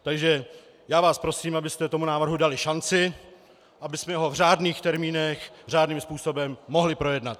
Takže já vás prosím, abyste tomu návrhu dali šanci, abychom ho v řádných termínech řádným způsobem mohli projednat.